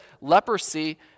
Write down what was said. leprosy